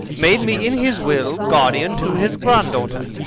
made me in his will guardian to his grand-daughter,